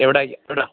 എവിടെ എവിടെയാണ്